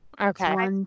Okay